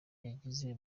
yagize